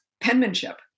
penmanship